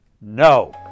No